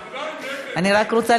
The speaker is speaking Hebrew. אני רק רוצה,